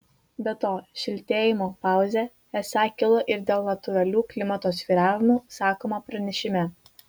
be to šiltėjimo pauzė esą kilo ir dėl natūralių klimato svyravimų sakoma pranešime